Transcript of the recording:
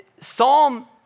Psalm